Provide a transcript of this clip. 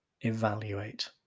evaluate